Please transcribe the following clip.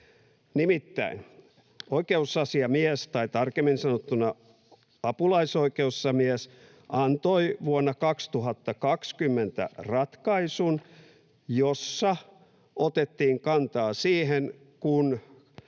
Nimittäin oikeusasiamies tai tarkemmin sanottuna apulaisoikeusasiamies antoi vuonna 2020 ratkaisun, jossa otettiin kantaa siihen, kun